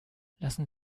lassen